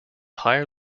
higher